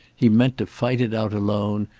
he meant to fight it out alone,